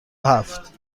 هفت